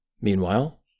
Meanwhile